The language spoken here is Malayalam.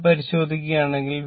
ഇത് പരിശോധിക്കുകയാണെങ്കിൽ